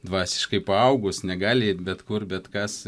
dvasiškai paaugus negali eit bet kur bet kas